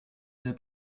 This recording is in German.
der